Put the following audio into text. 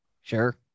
Sure